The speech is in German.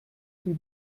die